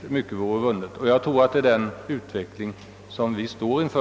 Det är antagligen en sådan utveckling som vi står inför.